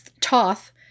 Toth